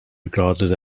regarded